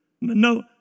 No